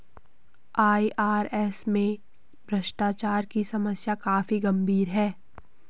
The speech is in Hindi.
आई.आर.एस में भ्रष्टाचार की समस्या काफी गंभीर है